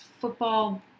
football